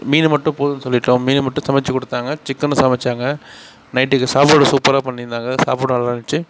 மீன் மட்டும் போதும்ன்னு சொல்லிவிட்டோம் மீன் மட்டும் சமைச்சிக் கொடுத்தாங்க சிக்கனும் சமைச்சாங்க நைட்டுக்கு சாப்பாடு சூப்பராக பண்ணியிருந்தாங்க சாப்பாடும் நல்லாருந்துச்சி